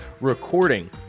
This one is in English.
recording